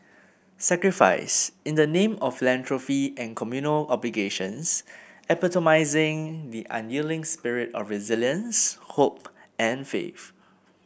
sacrifice in the name of philanthropy and communal obligations epitomising the unyielding spirit of resilience hope and faith